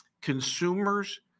consumers